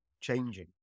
changing